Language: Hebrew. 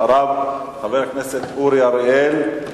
אחריו, חבר הכנסת אורי אריאל,